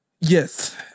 yes